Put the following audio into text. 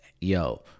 yo